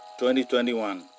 2021